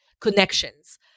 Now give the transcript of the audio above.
connections